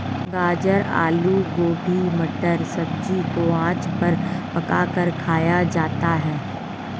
गाजर आलू गोभी मटर सब्जी को आँच पर पकाकर खाया जाता है